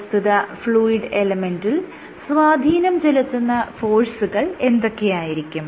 പ്രസ്തുത ഫ്ലൂയിഡ് എലെമെന്റിൽ സ്വാധീനം ചെലുത്തുന്ന ഫോഴ്സുകൾ എന്തൊക്കെയായിരിക്കും